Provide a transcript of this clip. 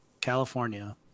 California